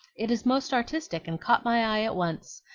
it is most artistic, and caught my eye at once.